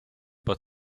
but